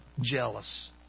jealous